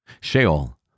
Sheol